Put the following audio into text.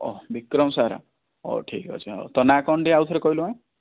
Bikram sir ହଉ ଠିକ୍ ଅଛି ହଉ ତୋ ନାଁ କଣ ଆଉ ଟିକେ କହିଲୁ ମା